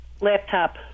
Laptop